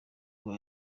rwa